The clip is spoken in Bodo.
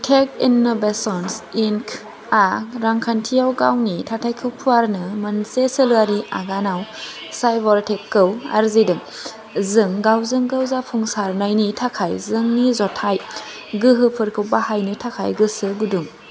टेक इन'भेसन्स इंक आ रांखान्थियाव गावनि थाथायखौ फुवारनो मोनसे सोलयारि आगानाव साइबार टेक खौ आरजिदों जों गावजों गाव जाफुंसारनायनि थाखाय जोंनि जथाय गोहोफोरखौ बाहायनो थाखाय गोसो गुदुं